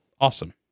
Awesome